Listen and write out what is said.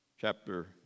Chapter